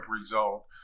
result